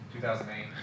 2008